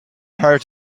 her